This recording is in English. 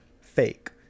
fake